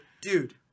dude